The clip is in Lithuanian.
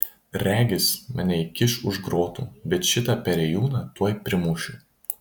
regis mane įkiš už grotų bet šitą perėjūną tuoj primušiu